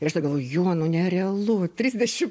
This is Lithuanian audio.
ir aš tada galvoju jo nu nerealu trisdešim